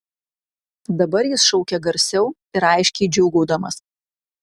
dabar jis šaukė garsiau ir aiškiai džiūgaudamas